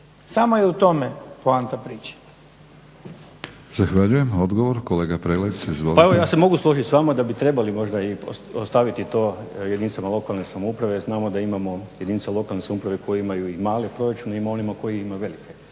Samo je u tome poanta priče.